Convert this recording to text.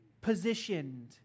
positioned